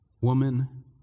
Woman